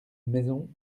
maison